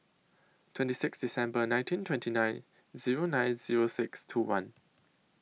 twenty six December nineteen twenty nine Zero nine Zero six two one